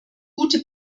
gute